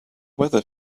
weather